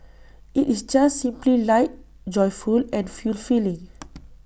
IT is just simply light joyful and fulfilling